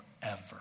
forever